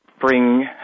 bring